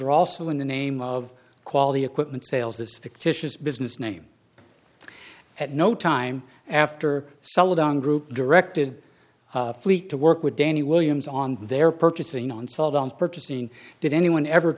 are also in the name of quality equipment sales this fictitious business name at no time after celadon group directed fleet to work with danny williams on their purchasing onslaught on purchasing did anyone ever